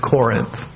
Corinth